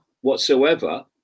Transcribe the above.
whatsoever